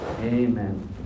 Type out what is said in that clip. Amen